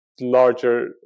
larger